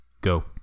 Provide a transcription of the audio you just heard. Go